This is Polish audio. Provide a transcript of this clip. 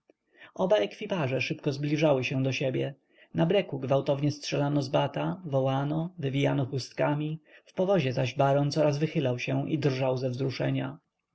oba ekwipaże szybko zbliżały się do siebie na breku gwałtownie strzelano z bata wołano wywijano chustkami w powozie zaś baron coraz wychylał się i drżał ze wzruszenia